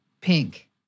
pink